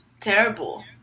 terrible